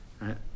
right